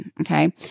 Okay